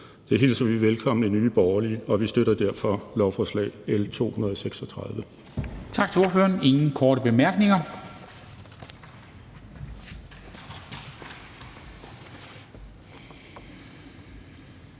Det hilser vi velkommen i Nye Borgerlige, og vi støtter derfor lovforslag L 236.